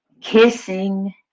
kissing